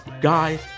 guys